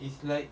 it's like